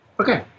okay